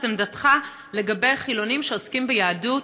את עמדתך לגבי חילונים שעוסקים ביהדות.